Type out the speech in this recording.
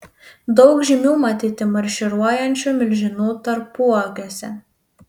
daug žymių matyti marširuojančių milžinų tarpuakiuose